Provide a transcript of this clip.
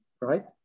right